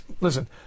Listen